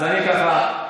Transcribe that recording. מילה אחת.